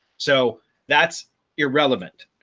so that's irrelevant,